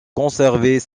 conserver